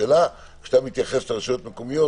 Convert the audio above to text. השאלה כשאתה מתייחס לרשויות מקומיות,